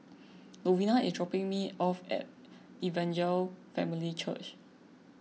Lovina is dropping me off at Evangel Family Church